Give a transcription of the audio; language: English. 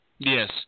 Yes